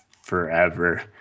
forever